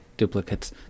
duplicates